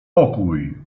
pokój